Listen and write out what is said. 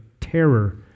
terror